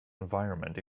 environment